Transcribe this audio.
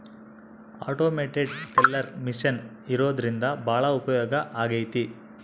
automated teller machine ಇರೋದ್ರಿಂದ ಭಾಳ ಉಪಯೋಗ ಆಗೈತೆ